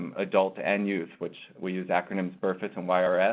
um adult and youth, which we use acronym brfss and yrrs